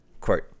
Quote